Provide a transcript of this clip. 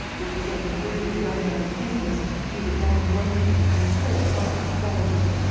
which was on the verge of going out of business due to bad management and poor product quality.